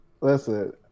listen